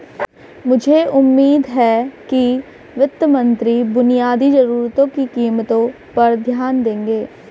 मुझे उम्मीद है कि वित्त मंत्री बुनियादी जरूरतों की कीमतों पर ध्यान देंगे